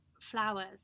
flowers